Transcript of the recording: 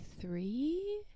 three